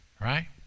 Right